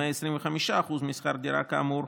125% משכר דירה כאמור,